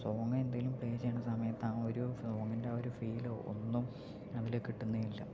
song എന്തേലും play ചെയ്യണ സമയത്ത് ആ ഒരു സോങ്ങിൻ്റെ ആ ഒരു ഫീലോ ഒന്നും അതില് കിട്ടുന്നേ ഇല്ല